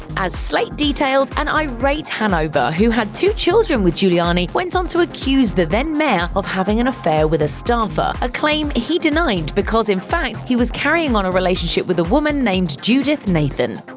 as slate detailed, an irate hanover, who had two children with giuliani, went on to accuse the then-mayor of having an affair with a staffer, a claim he denied because, in fact, he was carrying on a relationship with a woman named judith nathan.